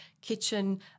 kitchen